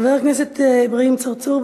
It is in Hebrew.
חבר הכנסת אברהים צרצור,